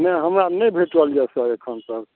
नहि हमरा नहि भेटल यवसर एखन तक